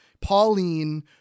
Pauline